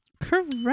Correct